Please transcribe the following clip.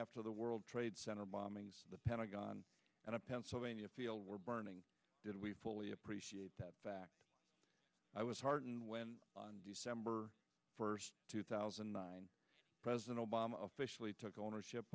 after the world trade center bombing the pentagon and a pennsylvania field were burning did we fully appreciate that fact i was heartened when on december first two thousand and nine president obama officially took ownership